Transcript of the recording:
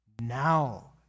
now